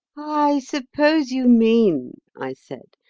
i suppose you mean i said,